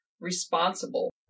responsible